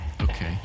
Okay